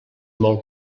molt